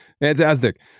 Fantastic